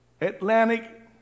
Atlantic